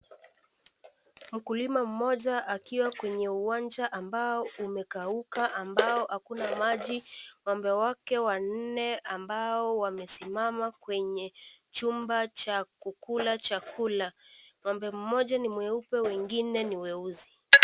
Mkulima mmoja akiwa kwenye uwanja ambao umekauka ambao hakuna maji, ng'ombe wake wanne ambao wamesimama kwenye chumba cha kukula chakula, ng'ombe mmoja ni mweupe wengine ni weusi.